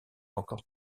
encore